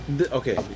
Okay